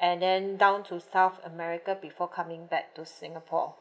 and then down to south america before coming back to singapore